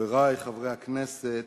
חברי חברי הכנסת,